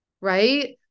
right